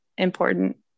important